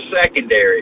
secondary